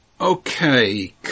okay